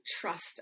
trust